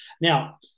Now